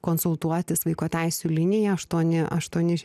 konsultuotis vaiko teisių linija aštuoni aštuoni